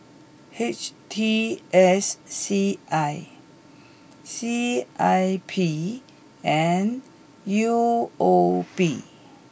H T S C I C I P and U O B